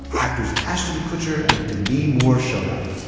actors ashton kutcher and demi moore showed up.